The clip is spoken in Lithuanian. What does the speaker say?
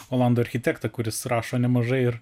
olandų architektą kuris rašo nemažai ir